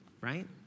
right